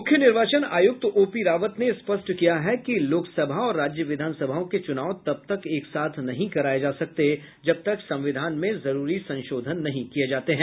मुख्य निर्वाचन आयुक्त ओपी रावत ने स्पष्ट किया है कि लोकसभा और राज्य विधानसभाओं के चुनाव तब तक एक साथ नहीं कराये जा सकते जब तक संविधान में जरूरी संशोधन नहीं किए जाते हैं